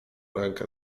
rękę